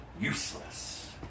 useless